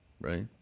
right